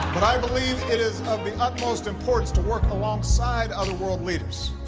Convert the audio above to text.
but i believe it is of the utmost importance to work alongside other world leaders.